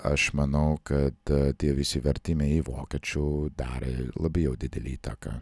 aš manau kad tie visi vertimai į vokiečių darė labai jau didelę įtaką